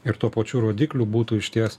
ir tuo pačiu rodikliu būtų išties